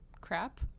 crap